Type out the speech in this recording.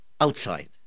outside